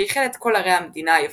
שאיחד את כל ערי המדינה היווניות.